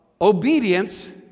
obedience